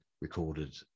recorded